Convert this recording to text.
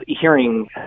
hearing